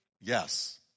yes